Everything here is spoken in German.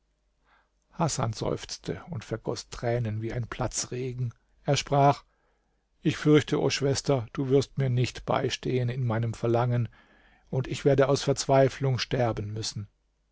hasan seufzte und vergoß tränen wie ein platzregen er sprach ich fürchte o schwester du wirst mir nicht beistehen in meinem verlangen und ich werde aus verzweiflung sterben müssen